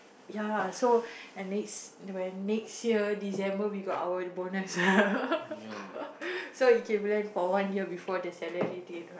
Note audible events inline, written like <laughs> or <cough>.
ya lah so and next when next year December we got our bonus <laughs> so equivalent for one year before the salary date